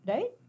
Right